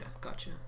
gotcha